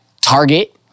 Target